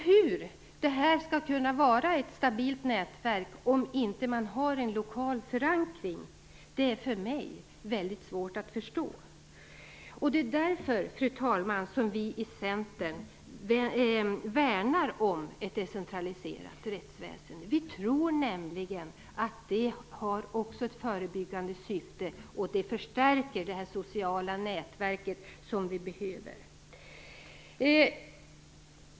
Hur detta skall kunna vara ett stabilt nätverk om man inte har en lokal förankring är för mig väldigt svårt att förstå. Fru talman! Det är därför som vi i Centern värnar om ett decentraliserat rättsväsende. Vi tror nämligen att det också har en förebyggande effekt, och det förstärker det social nätverk vi behöver.